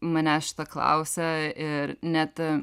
manęs šito klausia ir net